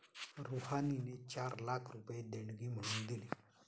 रुहानीने चार लाख रुपये देणगी म्हणून दिले